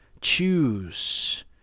Choose